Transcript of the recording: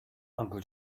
uncle